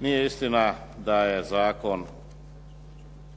Nije istina da je zakon